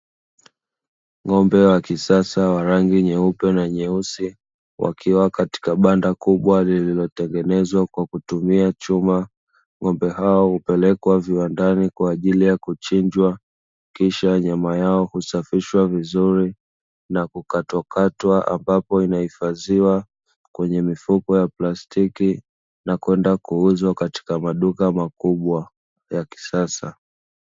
Ng'ombe wa kisasa wa rangi nyeupe na nyeusi wakiwa katika banda kubwa lililotengenezwa kwa kutumia chuma, ng'ombe hao hupelekwa viwandani kwa ajili ya kuchinjwa kisha nyama yao kusafishwa vizuri na kukatakatwa, ambapo inahifadhiwa kwenye mifuko ya plastiki na kwenda kuuzwa katika maduka makubwa ya kisasa.